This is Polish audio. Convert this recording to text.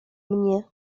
mnie